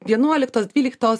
vienuoliktos dvyliktos